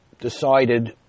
decided